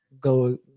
go